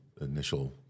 initial